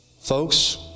Folks